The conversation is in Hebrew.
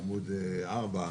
בעמוד 4,